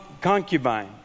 concubine